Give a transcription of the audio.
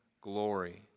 glory